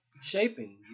shaping